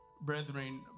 brethren